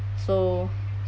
so